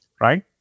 right